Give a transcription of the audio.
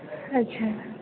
ଆଚ୍ଛା